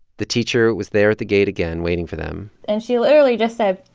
the teacher was there at the gate again waiting for them and she literally just said,